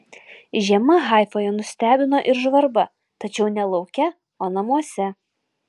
žiema haifoje nustebino ir žvarba tačiau ne lauke o namuose